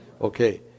Okay